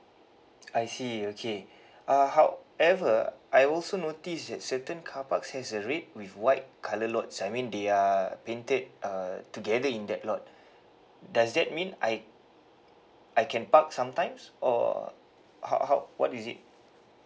I see okay uh however I also notice that certain carparks has a red with white colour lots I mean they are painted uh together in that lot does that mean I I can park sometimes or how how what is it